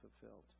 fulfilled